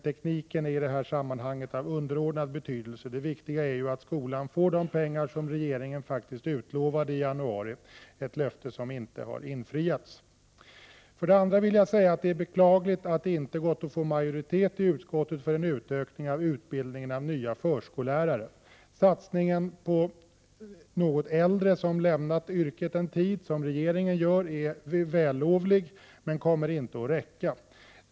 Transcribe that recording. Tekniken är dock av underordnad betydelse i detta sammanhang. Det viktiga är att skolan får de pengar som regeringen faktiskt utlovade i januari. Det är ett löfte som ännu inte har infriats. För det andra vill jag säga att det är beklagligt att det inte har gått att få majoritet i utskottet för en ökning av utbildningen av nya förskollärare. Den satsning som regeringen vill göra på något äldre som lämnat yrket en tid är vällovlig, men den kommer inte att räcka.